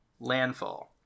Landfall